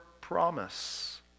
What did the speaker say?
promise